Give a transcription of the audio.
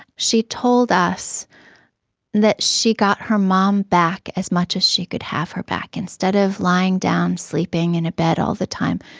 she told us that she got her mom back as much as she could have her back. instead of lying down sleeping in bed all the time,